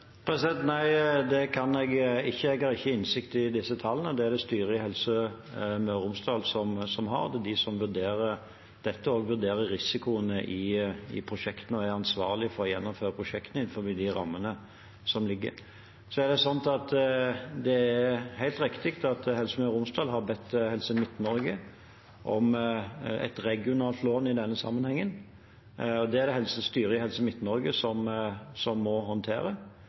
Nei, det kan jeg ikke. Jeg har ikke innsikt i disse tallene. Det er det styret i Helse Møre og Romsdal som har. Det er de som vurderer dette, som vurderer risiko i prosjektene, og som er ansvarlig for å gjennomføre prosjektene innenfor de rammene som ligger til grunn. Det er helt riktig at Helse Møre og Romsdal har bedt Helse Midt-Norge om et regionalt lån i denne sammenhengen. Det er det styret i Helse Midt-Norge som må håndtere.